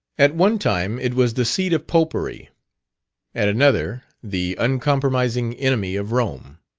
at one time it was the seat of popery at another, the uncompromising enemy of rome.